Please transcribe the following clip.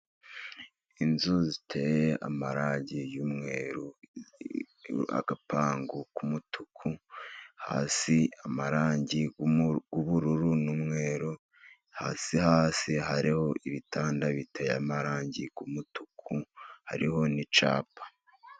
Inzu ziteye amarange y'umweru, agapangu k'umutuku, hasi amarangi y 'ubururu n'umweru, hasi hasi hariho ibitanda biteye amarangi y'umutuku hariho n'icyapa.